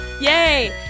Yay